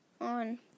on